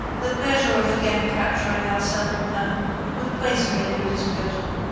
the pleasure of again capturing arsene lupin would place me at your disposal.